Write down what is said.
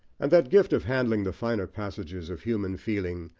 and that gift of handling the finer passages of human feeling,